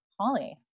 holly